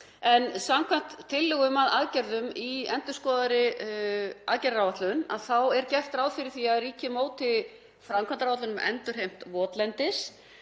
Samkvæmt tillögum að aðgerðum í endurskoðaðri aðgerðaáætlun er gert ráð fyrir því að ríkið móti framkvæmdaáætlun um endurheimt votlendis